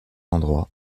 endroit